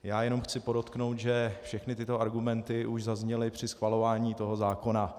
Já jenom chci podotknout, že všechny tyto argumenty už zazněly při schvalování toho zákona.